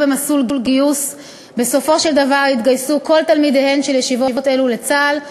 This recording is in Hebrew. במסלול גיוס שבסופו של דבר יתגייסו כל תלמידיהן של ישיבות אלה לצה"ל,